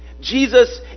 Jesus